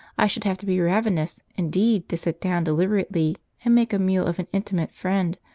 i should have to be ravenous indeed to sit down deliberately and make a meal of an intimate friend,